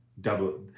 Double